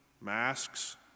masks